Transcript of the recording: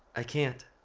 i can't.